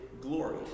glory